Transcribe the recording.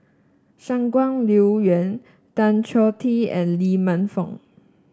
Shangguan Liuyun Tan Choh Tee and Lee Man Fong